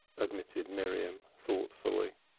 admitted miriam, thoughtfully.